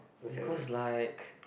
because like